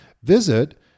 Visit